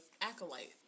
acolyte